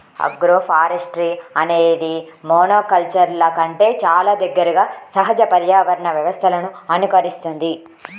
agroforestry అనేది మోనోకల్చర్ల కంటే చాలా దగ్గరగా సహజ పర్యావరణ వ్యవస్థలను అనుకరిస్తుంది